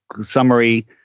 summary